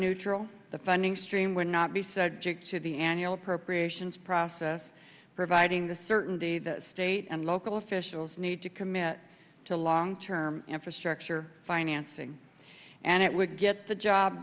neutral the funding stream would not be said jack to the annual appropriations process providing the certainty that state and local officials need to commit to long term infrastructure financing and it would get the job